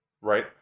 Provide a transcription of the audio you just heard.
right